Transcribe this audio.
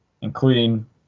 including